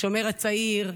השומר הצעיר,